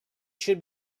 should